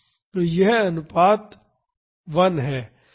तो यह अनुपात 1 है